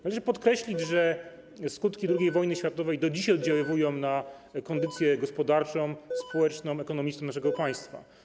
Należy podkreślić, że skutki II wojny światowej do dziś oddziałują na kondycję gospodarczą, społeczną, ekonomiczną naszego państwa.